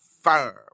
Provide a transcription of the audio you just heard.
firm